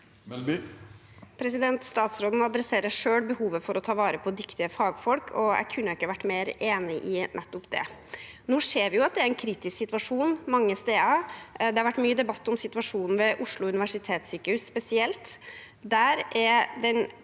Statsråden tar selv opp behovet for å ta vare på dyktige fagfolk, og jeg kunne ikke ha vært mer enig i akkurat det. Nå ser vi at det er en kritisk situasjon mange steder, og det har vært mye debatt om situasjonen ved Oslo universitetssykehus spesielt. Der er den